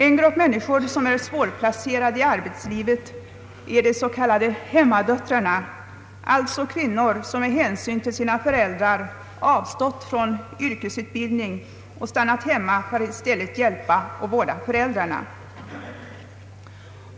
En grupp människor som är svårplacerade i arbetslivet är de s.k. hemmadöttrarna, alltså kvinnor som av hänsyn till sina föräldrar avstått från yrkesutbildning och stannat hemma för att i stället hjälpa och vårda föräldrarna.